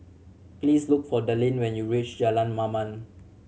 please look for Dallin when you reach Jalan Mamam